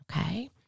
okay